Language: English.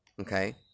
Okay